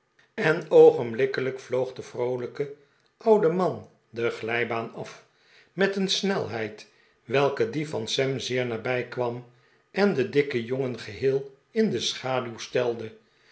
en oogenblikkelijk vloog de vroolijke oude man de glijbaan af met een snelheid welke die van sam zeer nabij kwa'm en den dikken jongen geheel in de schaduw stelde